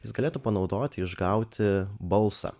jis galėtų panaudoti išgauti balsą